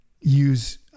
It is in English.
use